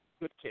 good